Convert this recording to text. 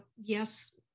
yes